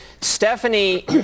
Stephanie